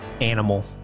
animal